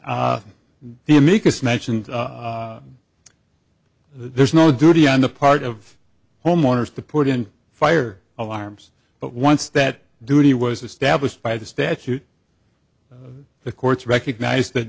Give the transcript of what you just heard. the amicus mentioned there's no duty on the part of homeowners to put in fire alarms but once that duty was established by the statute the courts recognize that